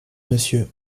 monsieur